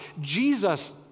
Jesus